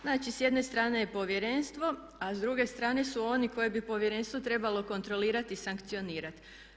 Znači s jedne strane je Povjerenstvo, a s druge strane su oni koje bi Povjerenstvo trebalo kontrolirati i sankcionirati.